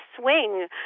swing